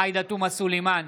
עאידה תומא סלימאן,